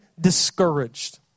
discouraged